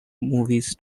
movies